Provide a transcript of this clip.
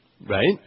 Right